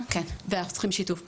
אבל אנחנו צריכים שיתוף פעולה,